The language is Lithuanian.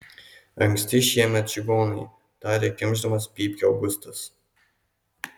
anksti šiemet čigonai tarė kimšdamas pypkę augustas